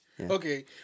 Okay